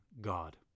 God